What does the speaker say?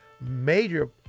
major